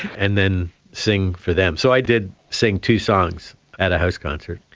and then sing for them. so i did sing two songs at a house concert.